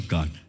God